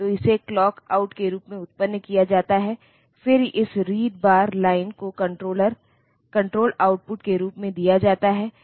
तो इसे clock out के रूप में उत्पन्न किया जाता है फिर इस रीड बार लाइन को कण्ट्रोल आउटपुट के रूप में दिया जाता है